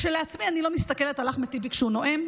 כשלעצמי אני לא מסתכלת על אחמד טיבי כשהוא נואם,